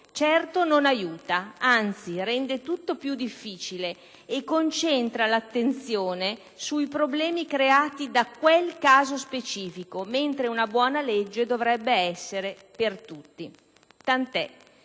certo non aiuta, anzi rende tutto più difficile e concentra l'attenzione sui problemi creati da quel caso specifico, mentre una buona legge dovrebbe essere per tutti. Tant'è,